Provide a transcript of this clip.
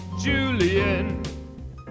Julian